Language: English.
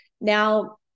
Now